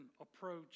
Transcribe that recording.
approach